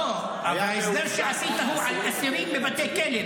לא, אבל ההסדר שעשית הוא על אסירים בבתי כלא.